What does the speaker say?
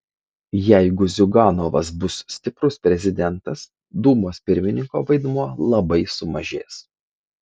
jeigu ziuganovas bus stiprus prezidentas dūmos pirmininko vaidmuo labai sumažės